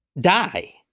die